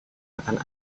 akan